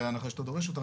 בהנחה שאתה דורש אותה,